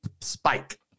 Spike